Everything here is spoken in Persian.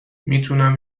میتونم